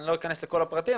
אני לא אכנס לכל הפרטים,